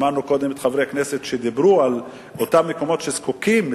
שמענו קודם את חברי הכנסת שדיברו על אותם מקומות שזקוקים,